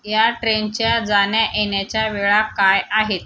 या ट्रेनच्या जाण्यायेण्याच्या वेळा काय आहेत